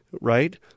right